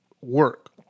work